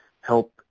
help